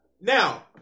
Now